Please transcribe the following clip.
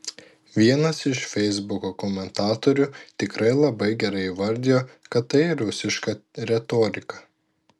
vienas iš feisbuko komentatorių tikrai labai gerai įvardijo kad tai rusiška retorika